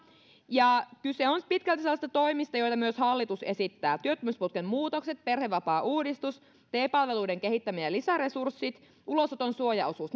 ja kyse on pitkälti sellaisista toimista joita myös hallitus esittää työttömyysputken muutokset perhevapaauudistus te palveluiden kehittäminen ja lisäresurssit ulosoton suojaosuus